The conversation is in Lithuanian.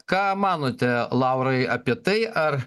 ką manote laurai apie tai ar